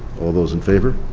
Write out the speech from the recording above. all those in favor?